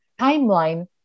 timeline